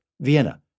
Vienna